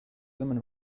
women